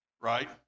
Right